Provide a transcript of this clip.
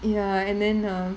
ya and then uh